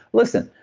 listen,